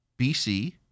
BC